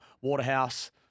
Waterhouse